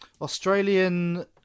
Australian